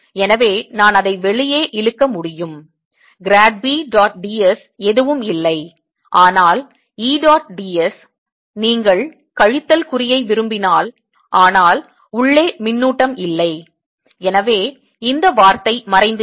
எனவே நான் அதை வெளியே இழுக்க முடியும் grad v dot d s எதுவும் இல்லை ஆனால் E dot d s நீங்கள் கழித்தல் குறியை விரும்பினால் ஆனால் உள்ளே மின்னூட்டம் இல்லை எனவே இந்த வார்த்தை மறைந்துவிடும்